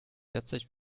derzeit